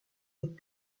des